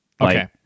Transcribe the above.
Okay